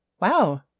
Wow